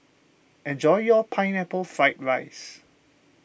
enjoy your Pineapple Fried Rice